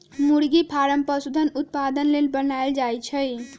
मुरगि फारम पशुधन उत्पादन लेल बनाएल जाय छै